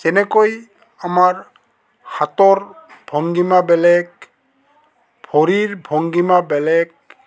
যেনেকৈ আমাৰ হাতৰ ভংগীমা বেলেগ ভৰিৰ ভংগীমা বেলেগ